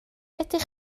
ydych